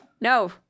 No